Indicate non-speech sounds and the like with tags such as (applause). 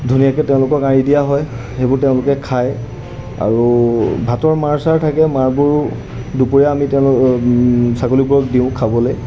ধুনীয়াকৈ তেওঁলোকক আঁৰি দিয়া হয় সেইবোৰ তেওঁলোকে খায় আৰু ভাতৰ মাৰ চাৰ থাকে মাৰবোৰো দুপৰীয়া আমি তেওঁ (unintelligible) ছাগলীবোৰক দিওঁ খাবলৈ